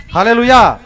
Hallelujah